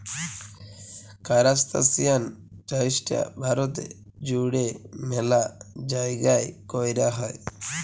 কারাস্তাসিয়ান চাইশটা ভারতে জুইড়ে ম্যালা জাইগাই কৈরা হই